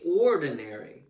ordinary